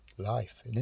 life